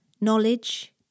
knowledge